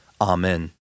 Amen